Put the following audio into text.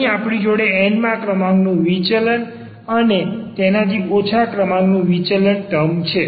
અહીં આપણી જોડે n માં ક્રમાંકનું વિચલન અને તેનાથી ઓછા ક્રમાંકનું વિચલન ટર્મ છે